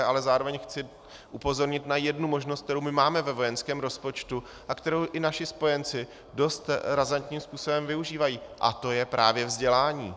Ale zároveň chci upozornit na jednu možnost, kterou máme ve vojenském rozpočtu a kterou i naši spojenci dost razantním způsobem využívají, a to je právě vzdělání.